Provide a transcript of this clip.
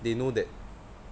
they know that